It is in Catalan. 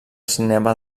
cinema